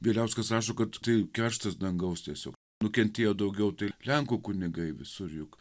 bieliauskas rašo kad tai kerštas dangaus tiesiog nukentėjo daugiau tai lenkų kunigai visur juk